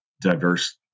diverse